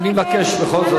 אני מבקש בכל זאת,